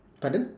pardon